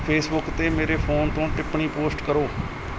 Facebook 'ਤੇ ਮੇਰੇ phone ਤੋਂ ਟਿੱਪਣੀ ਪੋਸਟ ਕਰੋ